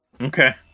Okay